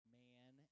man